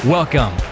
Welcome